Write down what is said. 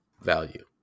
value